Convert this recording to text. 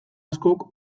askok